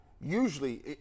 usually